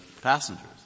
passengers